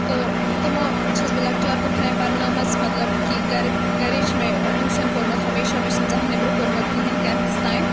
تہٕ تِمو چھَس بہٕ لَکچار پٮ۪ٹھٕے پَرنٲومٕژ مطلب کہِ گَرِ گَرے چھُ مےٚ ٹیوٗشَن پوٚرمُت ہمیشہ مےٚ چھُنہٕ زانٛہہ نیٚبرٕ پوٚرمُت کِہیٖنۍ ٹیٚنتھَس تانٮ۪تھ